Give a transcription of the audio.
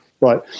Right